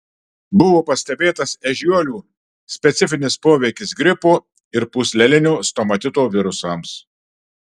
buvo pastebėtas ežiuolių specifinis poveikis gripo ir pūslelinio stomatito virusams